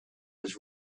was